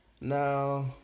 Now